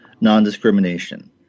non-discrimination